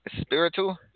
spiritual